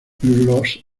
los